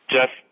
Jeff